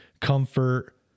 Comfort